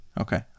Okay